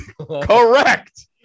Correct